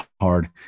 hard